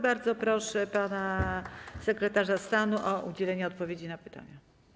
Bardzo proszę pana sekretarza stanu o udzielenie odpowiedzi na pytania.